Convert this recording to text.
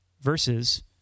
versus